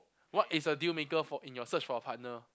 what is a deal maker for in your search for a partner